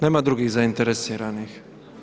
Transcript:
Nema drugih zainteresiranih?